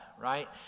right